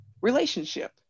relationship